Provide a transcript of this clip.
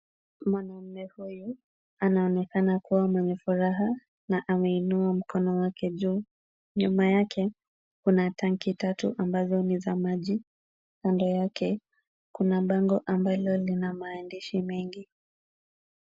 Mwanaume huyu anaonekana kuwa mwenye furaha na ameinua mkono wake juu. Nyuma yake kuna tanki tatu ambazo ni za maji, kando yake kuna bango ambalo lina maandishi mengi.